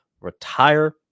retire